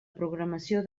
programació